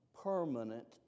permanent